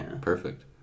perfect